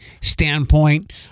standpoint